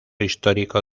histórico